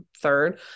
third